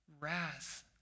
wrath